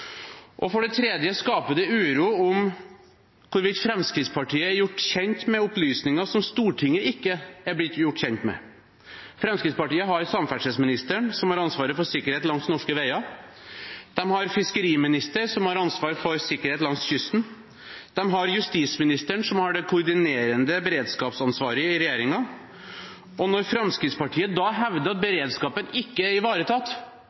uryddig. For det tredje skaper det uro hvorvidt Fremskrittspartiet er gjort kjent med opplysninger som Stortinget ikke er blitt gjort kjent med. Fremskrittspartiet har samferdselsministeren, som har ansvaret for sikkerhet langs norske veier, de har fiskeriministeren, som har ansvaret for sikkerhet langs kysten, og de har justisministeren, som har det koordinerende beredskapsansvaret i regjeringen. Når Fremskrittspartiet da hevder at beredskapen ikke er ivaretatt,